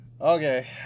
Okay